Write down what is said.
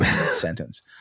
sentence